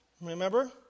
remember